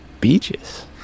beaches